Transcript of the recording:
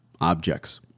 objects